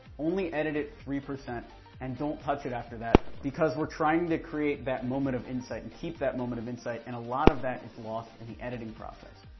only edit it three percent and don't touch it after that, because we're trying to create that moment of insight, and keep that moment of insight, and a lot of that lost in the editing process.